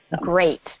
Great